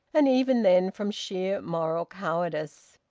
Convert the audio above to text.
and even then from sheer moral cowardice.